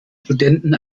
studenten